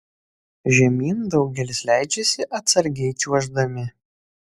žemyn daugelis leidžiasi atsargiai čiuoždami